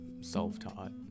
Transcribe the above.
self-taught